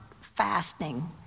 fasting